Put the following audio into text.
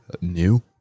new